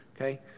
Okay